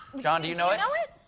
jon, do you know know it?